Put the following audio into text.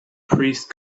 priest